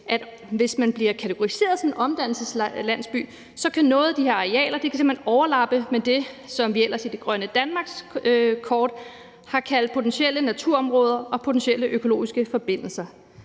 at hvis man bliver kategoriseret som omdannelseslandsby, kan nogle af de her arealer simpelt hen overlappe med det, som vi ellers i et Grønt Danmarkskort har kaldt for »potentielle naturområder« og »potentielle økologiske forbindelser«.